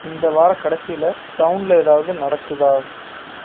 இந்த வாரக்கடைசியில் டவுனில் ஏதாவது நடக்குதா